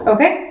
Okay